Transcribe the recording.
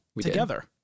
together